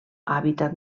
hàbitat